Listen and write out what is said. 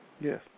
Yes